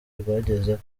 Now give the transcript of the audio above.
rwagezeho